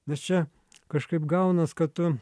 nes čia kažkaip gaunas kad tu